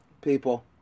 people